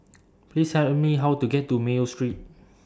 Please Tell Me How to get to Mayo Street